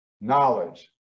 knowledge